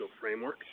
framework